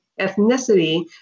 Ethnicity